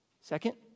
Second